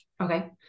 Okay